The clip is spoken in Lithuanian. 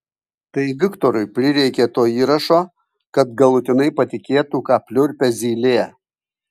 tai viktorui prireikė to įrašo kad galutinai patikėtų ką pliurpia zylė